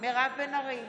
מירב בן ארי,